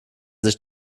sich